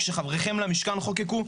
שחבריכם למשכן חוקקו?